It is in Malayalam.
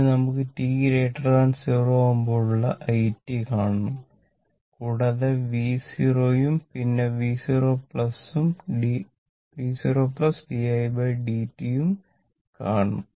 ഇതിന് നമുക്ക് t0 ആവുമ്പോൾ ഉള്ള i കാണണം കൂടാതെ v0 ഉം പിന്നെ v0 ഉം didt 0 ഉം കാണണം